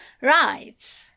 Right